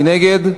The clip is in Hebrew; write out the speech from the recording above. מי נגד?